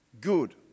Good